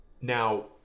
Now